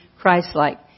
Christ-like